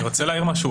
אני רוצה להעיר משהו.